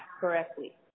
correctly